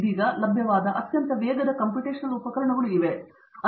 ಇದೀಗ ಲಭ್ಯವಾದ ಅತ್ಯಂತ ವೇಗದ ಕಂಪ್ಯೂಟೇಶನಲ್ ಉಪಕರಣಗಳು ಇವೆ